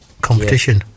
competition